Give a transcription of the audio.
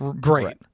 Great